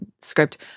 script